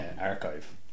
archive